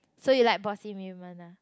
so you like bossy women ah